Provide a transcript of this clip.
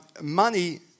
money